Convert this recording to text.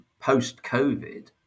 post-COVID